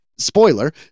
Spoiler